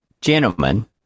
gentlemen